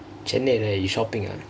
chennai right shoppingk ah